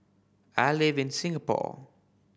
I live in Singapore